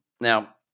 Now